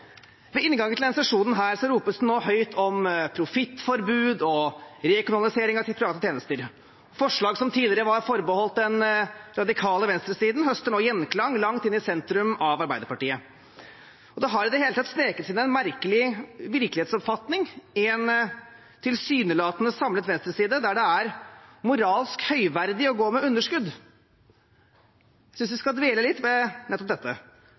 Ved inngangen til denne sesjonen ropes det nå høyt om profittforbud og rekommunalisering av private tjenester. Forslag som tidligere var forbeholdt den radikale venstresiden, høster nå gjenklang langt inn i sentrum av Arbeiderpartiet. Det har i det hele tatt sneket seg inn en merkelig virkelighetsoppfatning i en tilsynelatende samlet venstreside, der det er moralsk høyverdig å gå med underskudd. Jeg synes vi skal dvele litt ved nettopp dette,